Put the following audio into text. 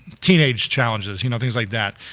teenage challenges, you know, things like that.